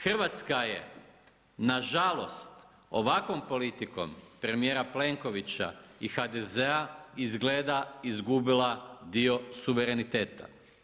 Hrvatska je na žalost ovakvom politikom premijera Plenkovića i HDZ-a izgleda izgubila dio suvereniteta.